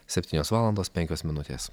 septynios valandos penkios minutės